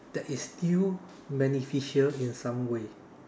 that is still beneficial in some way